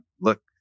look